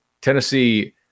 Tennessee